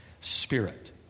Spirit